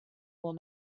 will